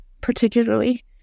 particularly